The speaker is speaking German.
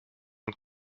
und